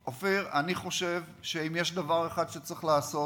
אופיר, אני חושב שאם יש דבר אחד שצריך לעשות,